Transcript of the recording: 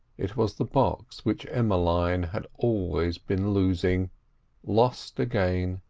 it was the box which emmeline had always been losing lost again.